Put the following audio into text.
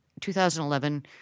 2011